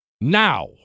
Now